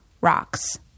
rocks